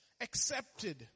accepted